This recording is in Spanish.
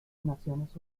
naciones